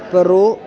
Peru